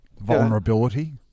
Vulnerability